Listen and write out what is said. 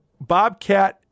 Bobcat